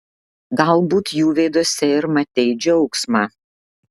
galbūt jų veiduose ir matei džiaugsmą